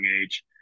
age